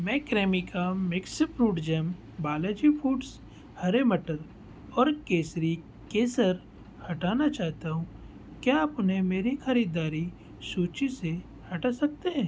मैं Cremica mix fruit jam Balaji foods हरे मटर और केसरी केसर हटाना चाहता हूँ क्या आप उन्हें मेरी ख़रीददारी सूची से हटा सकते हैं